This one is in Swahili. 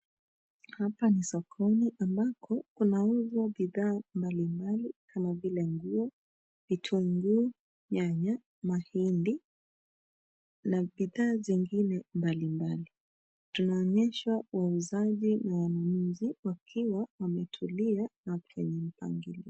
Hapa ni sokoni ambako kunauzwa bidhaa mbalimbali kama vile nguo, vitunguu, nyanya, mahindi na bidhaa zingine mbalimbali. Tunaonyeshwa wauzaji na wanunuzi wakiwa wametulia na kwenye mpangilio.